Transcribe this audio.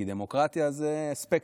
כי דמוקרטיה זה ספקטרום,